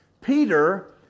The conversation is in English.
Peter